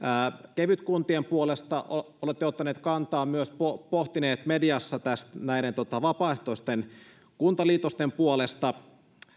kevytkuntien puolesta olette myös ottanut mediassa kantaa näiden vapaaehtoisten kuntaliitosten puolesta